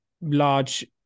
large